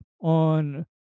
on